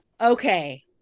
Okay